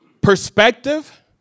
perspective